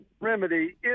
remedy